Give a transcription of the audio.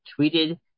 tweeted